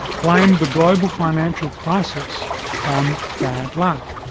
blamed the global financial crisis on bad luck.